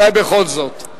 אולי בכל זאת.